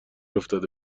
افتاده